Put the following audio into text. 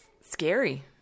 scary